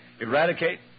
eradicate